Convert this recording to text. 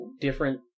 different